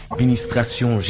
Administration